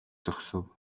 зогсов